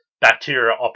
Bacteria